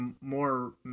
more